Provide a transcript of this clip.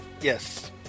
Yes